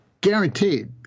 guaranteed